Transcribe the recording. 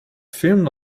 filmed